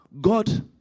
God